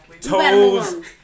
Toes